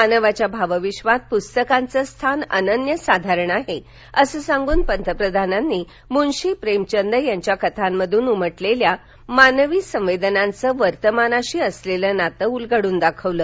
मानवाच्या भावविश्वात पुस्तकांचं स्थान अनन्यसाधारण आहे असं सांगून पंतप्रधानांनी मुन्शी प्रेमचंद यांच्या कथांमधून उमटलेल्या मानवी संवेदनाच वर्तमानाशी असलेलं नात उलगडून दाखवलं